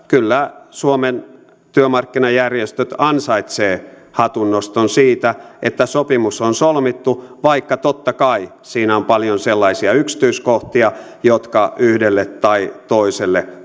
kyllä suomen työmarkkinajärjestöt ansaitsevat hatunnoston siitä että sopimus on solmittu vaikka totta kai siinä on paljon sellaisia yksityiskohtia jotka yhdelle tai toiselle